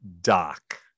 Doc